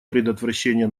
предотвращения